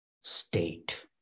state